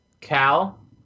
Cal